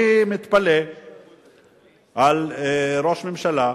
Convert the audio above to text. אני מתפלא על ראש הממשלה,